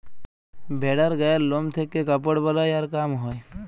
ভেড়ার গায়ের লম থেক্যে কাপড় বালাই আর কাম হ্যয়